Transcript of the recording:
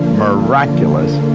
miraculous,